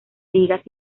ligas